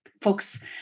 folks